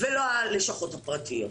ולא הלשכות הפרטיות.